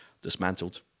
dismantled